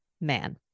man